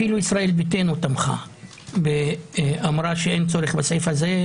אפילו ישראל ביתנו תמכה ואמרה שאין צורך בסעיף הזה,